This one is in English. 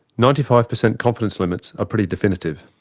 ninety five percent confidence limits are pretty definitive.